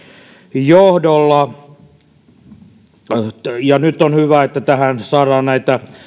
johdolla nyt on hyvä että tähän saadaan näitä